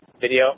video